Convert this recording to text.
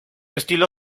estilo